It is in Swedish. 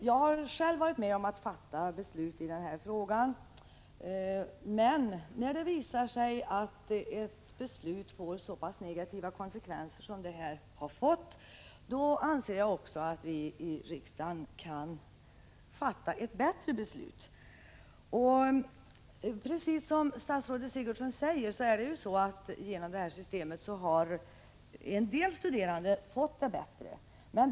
Jag har själv varit med om att fatta beslut i den här frågan, men när det visar sig att ett beslut får så negativa konsekvenser som det här är fråga om, anser jag att vi i riksdagen kan fatta ett bättre beslut. Som statsrådet Sigurdsen säger har en del studerande fått förbättringar genom det nya systemet.